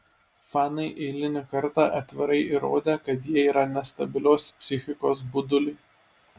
fanai eilinį kartą atvirai įrodė kad jie yra nestabilios psichikos buduliai